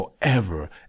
forever